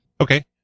Okay